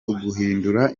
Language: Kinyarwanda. uguhindura